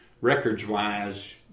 Records-wise